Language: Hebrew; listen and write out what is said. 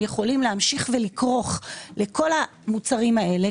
יכולים להמשיך לכרוך לכל המוצרים האלה.